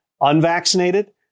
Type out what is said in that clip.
unvaccinated